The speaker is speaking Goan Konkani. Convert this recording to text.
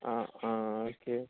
आं आं ओके